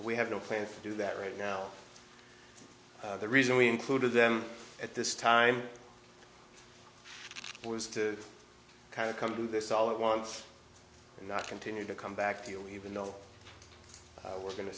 we have no plans to do that right now the reason we included them at this time was to kind of come to this all at once and not continue to come back to you even though we're going to